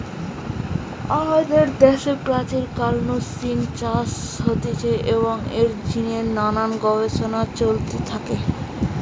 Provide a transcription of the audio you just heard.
আমাদের দ্যাশে প্রাচীন কাল নু সিল্ক চাষ হতিছে এবং এর জিনে নানান গবেষণা চলতে থাকি